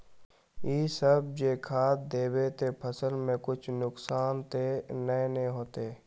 इ सब जे खाद दबे ते फसल में कुछ नुकसान ते नय ने होते